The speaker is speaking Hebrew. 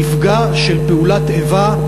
נפגע של פעולת איבה,